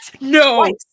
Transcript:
No